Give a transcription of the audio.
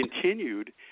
continued